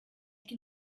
can